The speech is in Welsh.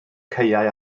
caeau